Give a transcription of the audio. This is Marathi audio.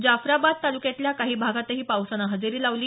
जाफराबाद तालुक्यातल्या काही भागातही पावसानं हजेरी लावली